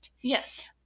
yes